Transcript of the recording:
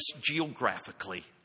geographically